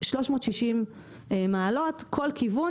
שלוש מאות שישים מעלות כל כיוון,